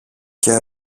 και